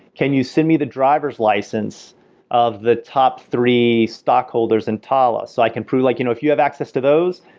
can you send me the driver's license of the top three stock holders in talla, so i can prove like you know if you have access to those,